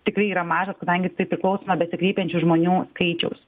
tikrai yra mažas kadangi jisai priklauso nuo besikreipiančių žmonių skaičiaus